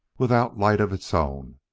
without light of its own,